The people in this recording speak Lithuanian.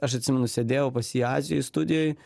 aš atsimenu sėdėjau pas jį azijos studijoj